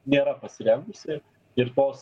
nėra pasirengusi ir tos